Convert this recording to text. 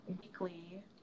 weekly